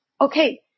okay